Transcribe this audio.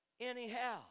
anyhow